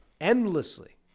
endlessly